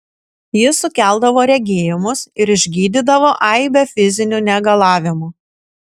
jis sukeldavo regėjimus ir išgydydavo aibę fizinių negalavimų